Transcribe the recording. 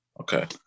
Okay